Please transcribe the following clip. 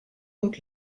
und